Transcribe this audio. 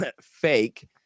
fake